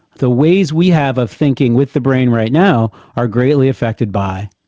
the ways we have of thinking with the brain right now are greatly affected by